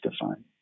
defined